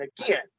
again